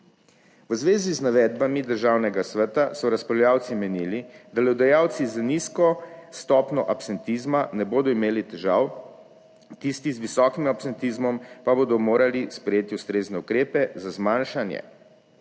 V zvezi z navedbami državnega sveta so razpravljavci menili, da delodajalci z nizko stopnjo absentizma ne bodo imeli težav, tisti z visokim absentizmom pa bodo morali sprejeti ustrezne ukrepe za zmanjšanje.